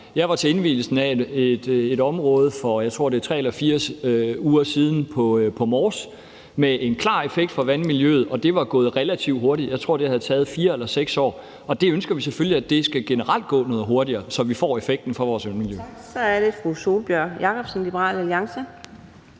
Jeg var til indvielsen af et område for 3-4 uger siden på Mors, som havde en klar effekt på vandmiljøet, og det var gået relativt hurtigt. Jeg tror, det havde taget 4 eller 6 år, og vi ønsker selvfølgelig, at det generelt skal gå noget hurtigere, så vi får effekten på vores vandmiljø. Kl. 11:28 Fjerde næstformand (Karina